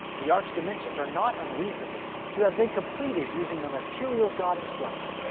the ark's dimensions are not unreasonable to have been completed using the materials god instructed,